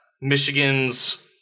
Michigan's